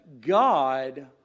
God